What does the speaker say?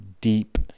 deep